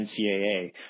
NCAA